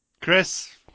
Chris